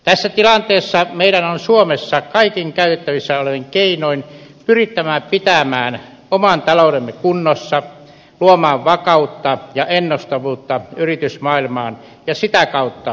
tässä tilanteessa meidän on suomessa kaikin käytettävissä olevin keinoin pyrittävä pitämään oma taloutemme kunnossa luomaan vakautta ja ennustettavuutta yritysmaailmaan ja sitä kautta työllisyyteen